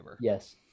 Yes